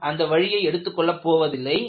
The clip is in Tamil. நாம் அந்த வழியைக் எடுத்துக் கொள்ள போவதில்லை